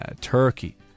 Turkey